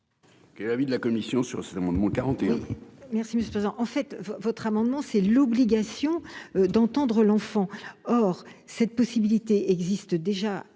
Quel est l'avis de la commission ? Cet amendement vise à